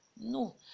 no